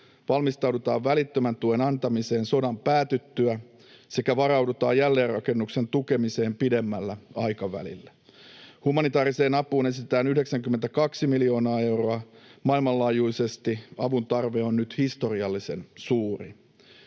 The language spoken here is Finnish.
valmistaudutaan välittömän tuen antamiseen sodan päätyttyä sekä varaudutaan jälleenrakennuksen tukemiseen pidemmällä aikavälillä. Humanitaariseen apuun esitetään 92 miljoonaa euroa. Maailmanlaajuisesti avun tarve on nyt historiallisen suuri.